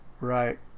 Right